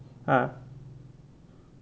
ah